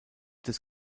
des